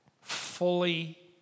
fully